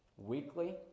weekly